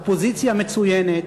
אופוזיציה מצוינת,